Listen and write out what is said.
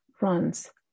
runs